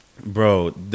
Bro